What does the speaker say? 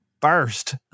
burst